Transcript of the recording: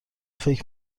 فکر